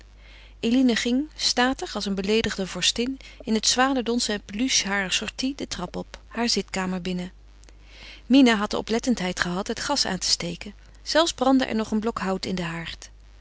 eline ging statig als een beleedigde vorstin in het zwanendons en peluche harer sortie de trap op haar zitkamer binnen mina had de oplettendheid gehad het gas aan te steken zelfs brandde er nog een blok hout in den haard